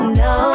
no